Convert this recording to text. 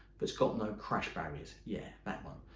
that's got no crash barriers. yeah, that one.